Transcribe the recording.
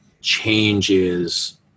changes